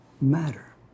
matter